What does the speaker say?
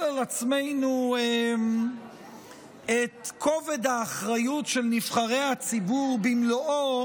על עצמנו את כובד האחריות של נבחרי הציבור במלואו,